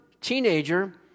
teenager